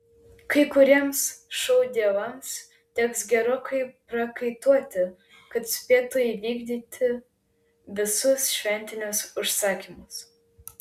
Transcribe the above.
kai kuriems šou dievams teks gerokai paprakaituoti kad spėtų įvykdyti visus šventinius užsakymus